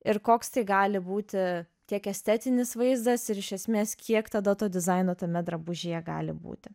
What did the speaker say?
ir koks tai gali būti tiek estetinis vaizdas ir iš esmės kiek tada to dizaino tame drabužyje gali būti